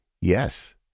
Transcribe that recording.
yes